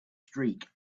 streak